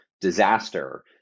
disaster